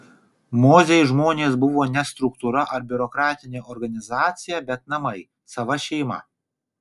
mozei žmonės buvo ne struktūra ar biurokratinė organizacija bet namai sava šeima